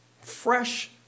fresh